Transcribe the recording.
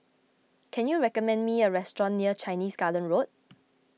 can you recommend me a restaurant near Chinese Garden Road